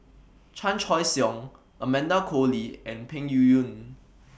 Chan Choy Siong Amanda Koe Lee and Peng Yuyun